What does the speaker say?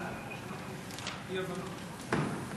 להעביר את הצעת חוק לתיקון פקודת מס הכנסה (מס' 179),